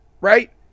right